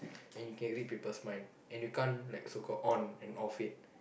and you can read people's mind and you can't like so called on and off it